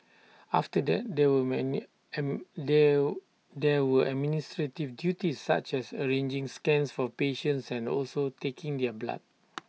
after that there would many there there were administrative duties such as arranging scans for patients and also taking their blood